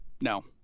No